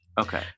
Okay